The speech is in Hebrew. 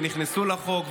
ונכנסו לחוק,